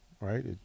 right